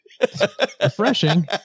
Refreshing